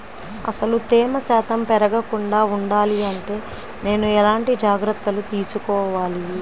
అసలు తేమ శాతం పెరగకుండా వుండాలి అంటే నేను ఎలాంటి జాగ్రత్తలు తీసుకోవాలి?